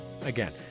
Again